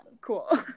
cool